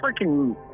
freaking